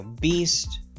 beast